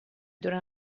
durant